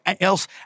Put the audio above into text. else